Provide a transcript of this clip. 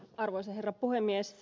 arvoisa herra puhemies